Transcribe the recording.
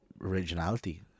originality